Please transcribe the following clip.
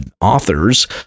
authors